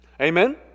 Amen